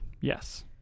yes